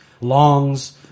Long's